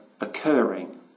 occurring